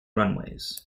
runways